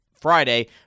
Friday